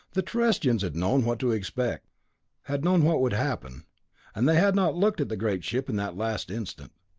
the terrestrians had known what to expect had known what would happen and they had not looked at the great ship in that last instant.